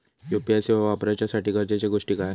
UPI सेवा वापराच्यासाठी गरजेचे गोष्टी काय?